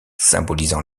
symbolisant